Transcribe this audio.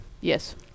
Yes